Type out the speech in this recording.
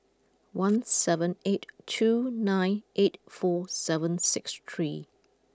one seven eight two nine eight four seven six three